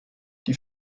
die